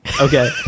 Okay